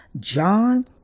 John